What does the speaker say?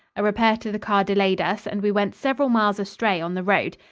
a repair to the car delayed us and we went several miles astray on the road.